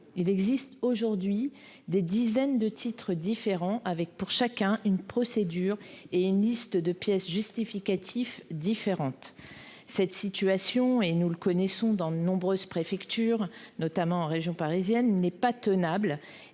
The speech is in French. avons aujourd’hui des dizaines de titres différents, avec, pour chacun, une procédure et une liste de pièces justificatives différentes. Cette situation, que connaissent nombre de préfectures, notamment en région parisienne, n’est pas tenable,